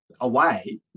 away